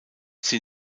sie